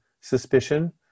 suspicion